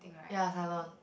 ya cylon